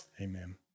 Amen